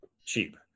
cheap